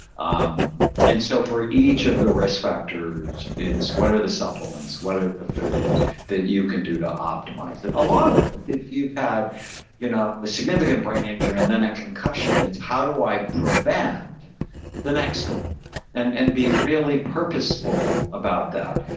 um and so for each of the risk factors, it's what are the supplements? what are the foods that you can do to optimize it? along with, if you've had you know a significant brain injury and then a concussion, it's how do i prevent the next one and and being really purposeful about that?